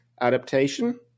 Adaptation